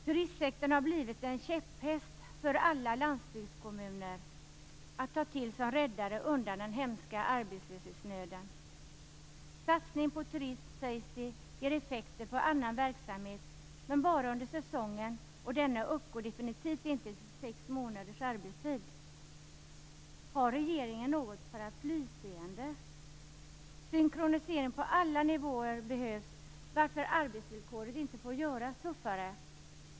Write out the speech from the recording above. Turistsektorn har blivit en käpphäst för alla landsbygdskommuner att ta till som räddare undan den hemska arbetslöshetsnöden. Satsning på turism, sägs det, ger effekter på annan verksamhet, men bara under säsongen, och denna uppgår definitivt inte till sex månaders arbetstid. Har regeringen något paraplyseende? Synkronisering på alla nivåer behövs, varför arbetsvillkoret inte får göras tuffare.